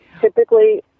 Typically